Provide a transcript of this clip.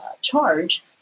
charge